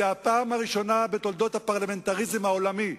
זו הפעם הראשונה בתולדות הפרלמנטריזם העולמי.